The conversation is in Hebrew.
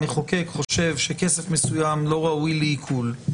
המחוקק חושב שכסף מסוים לא ראוי לעיקול,